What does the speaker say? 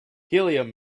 helium